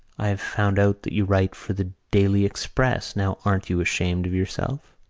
i have found out that you write for the daily express. now, aren't you ashamed of yourself?